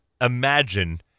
imagine